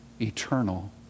eternal